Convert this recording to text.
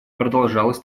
продолжалась